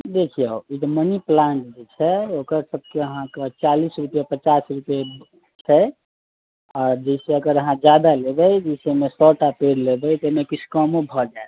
ई देखियौ ई जे मनी प्लांट जे छै ओकर सबके अहाँकेॅं चालीस रूपआ पचास रूपआ छै और जॅं अगर अहाँ जादा लेबै सब मे सय टा पेड़ लेबै ताहिमे किछु कमो भऽ जायत